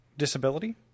disability